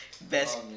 Best